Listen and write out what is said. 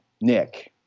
Nick